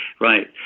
Right